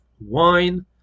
wine